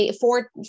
four